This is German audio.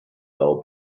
blau